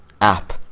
app